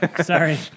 Sorry